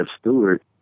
Stewart